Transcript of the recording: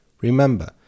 Remember